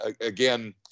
again